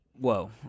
Whoa